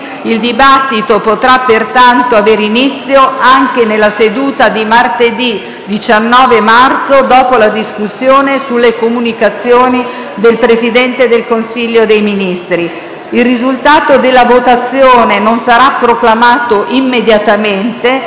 il dibattito potrà pertanto avere inizio anche nella seduta di martedì 19 marzo, dopo la discussione sulle comunicazioni del Presidente del Consiglio dei ministri. Il risultato della votazione non sarà proclamato immediatamente,